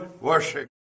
worship